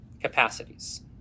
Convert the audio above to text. capacities